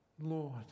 Lord